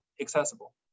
accessible